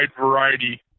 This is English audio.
variety